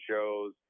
shows